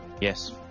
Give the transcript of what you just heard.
yes